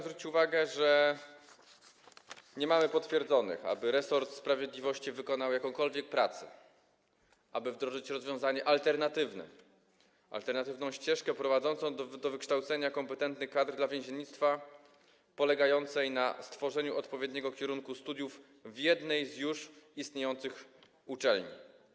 Zwracam uwagę na to, że nie ma potwierdzonych danych wskazujących, że resort sprawiedliwości wykonał jakąkolwiek pracę, aby wdrożyć rozwiązanie alternatywne, alternatywną ścieżkę prowadzącą do wykształcenia kompetentnych kadr dla więziennictwa poprzez stworzenie odpowiedniego kierunku studiów w jednej z już istniejących uczelni.